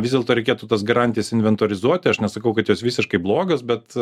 vis dėlto reikėtų tas garantijas inventorizuoti aš nesakau kad jos visiškai blogos bet